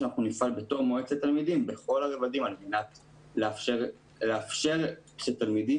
כמובן שבתור מועצת תלמידים נפעל בכל הרבדים על מנת לאפשר שהתלמידים